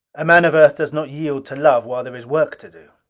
a man of earth does not yield to love while there is work to do.